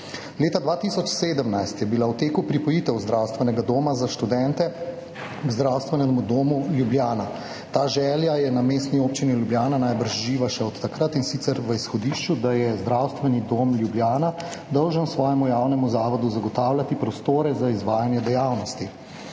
Leta 2017 je bila v teku pripojitev Zdravstvenega doma za študente Zdravstvenemu domu Ljubljana. Ta želja je na Mestni občini Ljubljana najbrž živa še od takrat, in sicer v izhodišču, da je Zdravstveni dom Ljubljana dolžan svojemu javnemu zavodu zagotavljati prostore za izvajanje dejavnosti.